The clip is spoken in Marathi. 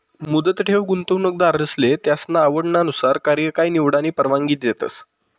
मुदत ठेव गुंतवणूकदारसले त्यासना आवडनुसार कार्यकाय निवडानी परवानगी देतस